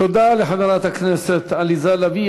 תודה לחברת הכנסת עליזה לביא.